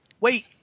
wait